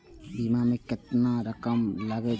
बीमा में केतना रकम लगे छै?